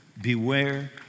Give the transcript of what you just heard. beware